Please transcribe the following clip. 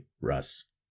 Russ